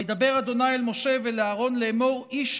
"וידבר ה' אל משה ואל אהרן לאמר: איש